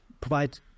provide